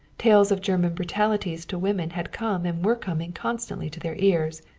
tales of german brutalities to women had come and were coming constantly to their ears.